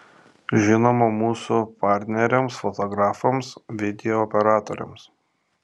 žinoma mūsų partneriams fotografams video operatoriams